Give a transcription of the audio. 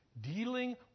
dealing